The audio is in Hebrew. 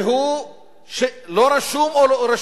והוא לא רשום או לא רשום,